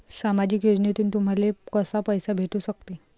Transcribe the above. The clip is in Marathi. सामाजिक योजनेतून तुम्हाले कसा पैसा भेटू सकते?